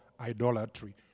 idolatry